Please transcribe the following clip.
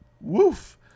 woof